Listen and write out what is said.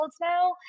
now